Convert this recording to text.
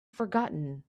forgotten